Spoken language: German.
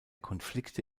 konflikte